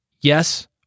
Yes